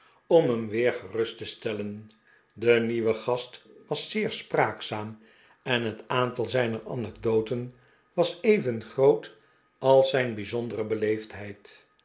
om hem weer gerust te stellen de nieuwe gast was zeer spraakzaam en het aantal zijner anecclptn was even groot als zijn bijzondere